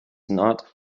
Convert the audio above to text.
not